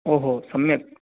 ओहो सम्यक्